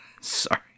Sorry